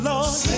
Lord